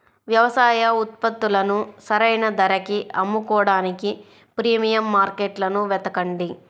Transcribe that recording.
వ్యవసాయ ఉత్పత్తులను సరైన ధరకి అమ్ముకోడానికి ప్రీమియం మార్కెట్లను వెతకండి